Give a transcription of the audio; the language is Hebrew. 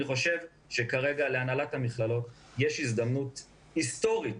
אני חושב שכרגע להנהלת המכללות יש הזדמנות היסטורית